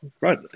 right